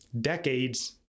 decades